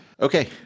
Okay